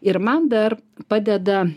ir man dar padeda